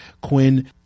Quinn